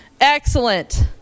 Excellent